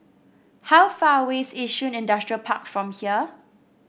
how far away is Yishun Industrial Park from here